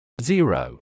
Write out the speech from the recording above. zero